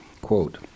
quote